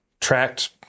tracked